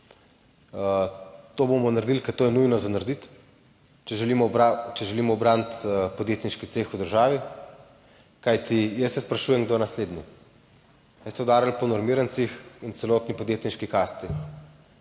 To bomo naredili, ker to je nujno za narediti, če želimo ubraniti podjetniški ceh v državi, kajti jaz se sprašujem, kdo je naslednji. Sedaj ste udarili po normirancih in celotni podjetniški kasti.